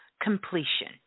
completion